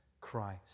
Christ